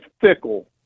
Fickle